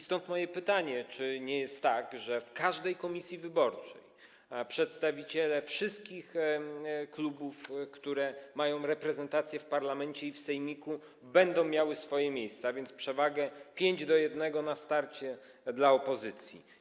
Stąd moje pytanie: Czy nie jest tak, że w każdej komisji wyborczej przedstawiciele wszystkich klubów, które mają reprezentację w parlamencie i w sejmiku, będą miały swoje miejsce, a więc na starcie przewagę 5:1 dla opozycji?